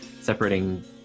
separating